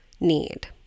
need